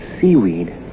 seaweed